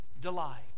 delight